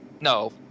No